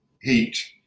heat